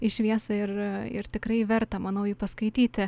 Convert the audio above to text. į šviesą ir ir tikrai verta manau jį paskaityti